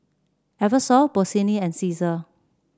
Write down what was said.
Eversoft Bossini and Cesar